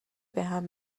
بهم